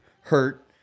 hurt